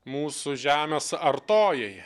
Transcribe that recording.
mūsų žemės artojai